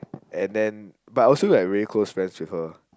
and then but I also like very close friends with her